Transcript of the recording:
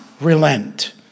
relent